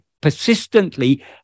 persistently